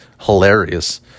hilarious